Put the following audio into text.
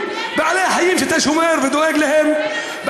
בעלי-החיים שאתה שומר ודואג להם,